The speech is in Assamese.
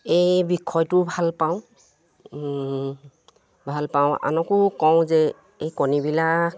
এই বিষয়টো ভাল পাওঁ ভাল পাওঁ আনকো কওঁ যে এই কণীবিলাক